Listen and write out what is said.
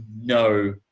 no